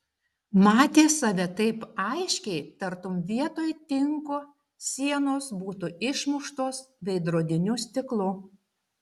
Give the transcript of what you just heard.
matė save taip aiškiai tartum vietoj tinko sienos būtų išmuštos veidrodiniu stiklu